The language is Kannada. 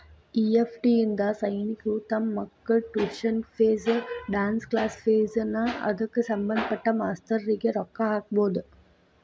ಇ.ಎಫ್.ಟಿ ಇಂದಾ ಸೈನಿಕ್ರು ತಮ್ ಮಕ್ಳ tuition fees, dance class fees ನಾ ಅದ್ಕ ಸಭಂದ್ಪಟ್ಟ ಮಾಸ್ತರ್ರಿಗೆ ರೊಕ್ಕಾ ಹಾಕ್ಬೊದ್